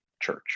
church